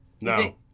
No